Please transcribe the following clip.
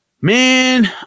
Man